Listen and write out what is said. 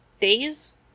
days